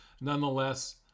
nonetheless